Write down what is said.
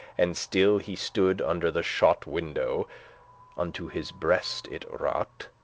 and still he stood under the shot window unto his breast it raught,